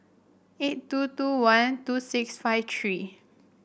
eight two two one two six five three